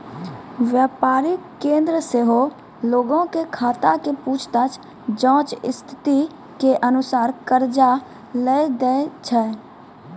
व्यापारिक केन्द्र सेहो लोगो के खाता के पूछताछ जांच स्थिति के अनुसार कर्जा लै दै छै